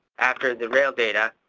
after the rail data.